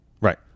Right